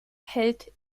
hält